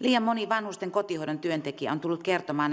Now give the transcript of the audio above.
liian moni vanhusten kotihoidon työntekijä on tullut kertomaan